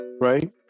right